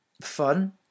fun